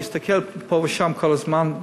הוא יסתכל פה ושם כל הזמן,